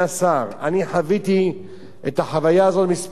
אני חוויתי את החוויה הזאת כמה פעמים.